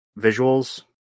visuals